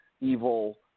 Evil